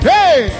Hey